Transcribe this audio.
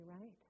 right